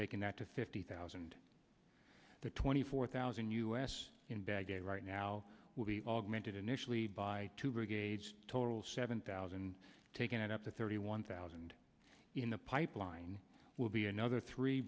taking that to fifty thousand to twenty four thousand us in baghdad right now will be augmented initially by two brigades total seven thousand taking it up to thirty one thousand in the pipeline will be another three